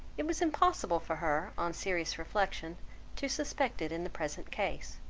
it was impossible for her on serious reflection to suspect it in the present case,